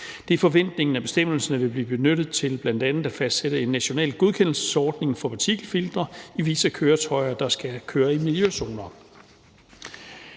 Det er forventningen, at bestemmelsen vil blive benyttet til bl.a. at fastsætte en national godkendelsesordning for partikelfiltre i visse køretøjer, der skal køre i miljøzoner.